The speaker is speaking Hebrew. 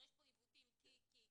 יש פה עיוותים כי כי כי,